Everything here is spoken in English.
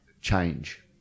change